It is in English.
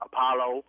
Apollo